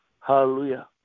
Hallelujah